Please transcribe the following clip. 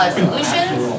solutions